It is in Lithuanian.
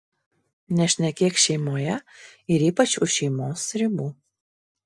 nešnekėk šeimoje ir ypač už šeimos ribų